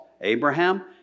Abraham